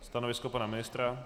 Stanovisko pana ministra?